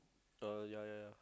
uh ya ya ya